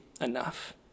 enough